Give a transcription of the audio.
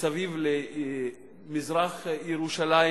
מסביב למזרח-ירושלים.